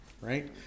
right